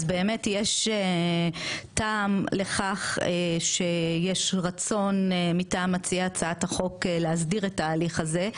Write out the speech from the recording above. אז באמת יש טעם לכך שיש רצון מטעם מציע הצעת החוק להסדיר את ההליך הזה,